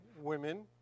women